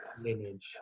lineage